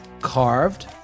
carved